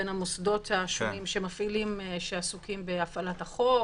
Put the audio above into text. בין המוסדות השונים שעסוקים בהפעלת החוק